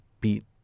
beat